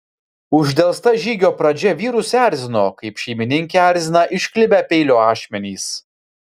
uždelsta žygio pradžia vyrus erzino kaip šeimininkę erzina išklibę peilio ašmenys